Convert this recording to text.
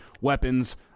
weapons